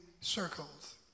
circles